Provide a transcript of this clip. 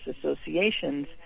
associations